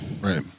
right